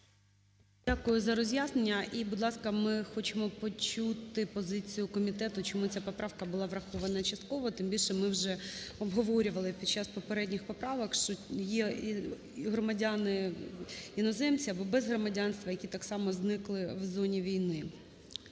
Дякую за роз'яснення. І, будь ласка, ми хочемо почути позицію комітету, чому ця поправка була врахована частково. Тим більше, ми вже обговорювали під час попередніх поправок, що є і громадяни-іноземці або без громадянства, які так само зникли в зоні війни.